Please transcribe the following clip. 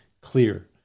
clear